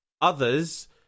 others